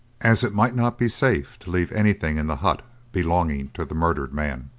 as it might not be safe to leave anything in the hut belonging to the murdered man.